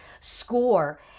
score